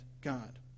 God